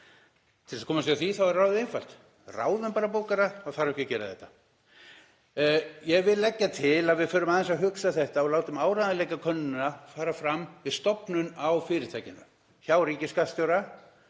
Til að komast hjá því er ráðið einfalt: Ráðum bara bókara, þá þarf ekki að gera þetta. Ég vil leggja til að við förum aðeins að hugsa þetta og látum áreiðanleikakönnunina fara fram við stofnun á fyrirtækinu, hjá ríkisskattstjóra.